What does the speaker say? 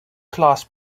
class